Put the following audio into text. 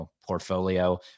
portfolio